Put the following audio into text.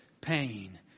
pain